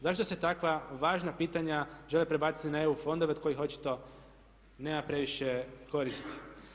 Zašto se takva važna pitanja žele prebaciti na EU fondove od kojih očito nema previše koristi.